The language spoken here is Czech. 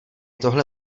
tohle